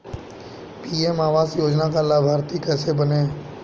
PM Awas Yojana का लाभर्ती कैसे बनें?